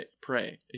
pray